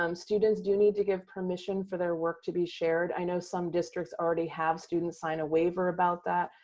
um students do need to give permission for their work to be shared. i know some districts already have students sign a waiver about that,